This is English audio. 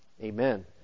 Amen